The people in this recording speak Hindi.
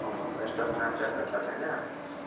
हाँ स्टॉक में आपका ख़त्म है ना